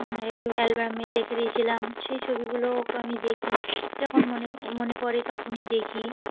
অ্যালবামে রেখে দিয়েছিলাম সেই ছবিগুলো আমি দেখি যখন মনে মনে পড়ে তখনই দেখি